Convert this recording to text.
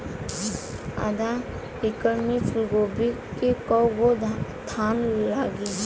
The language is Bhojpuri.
आधा एकड़ में फूलगोभी के कव गो थान लागी?